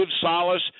solace